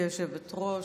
גברתי היושבת-ראש,